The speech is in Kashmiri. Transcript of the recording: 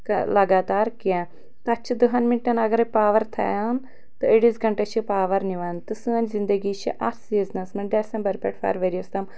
لگاتار کینٛہہ تتھ چھِ دٔہن مِنٹن اگرے پاور تھاوان تہٕ أڈِس گنٛٹس چھِ نِوان تہٕ سٲنۍ زندگی چھِ اتھ سیٖزنس منٛز ڈیسمبر پٮ۪ٹھ فروؤری یس تام